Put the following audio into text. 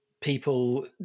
people